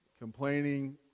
complaining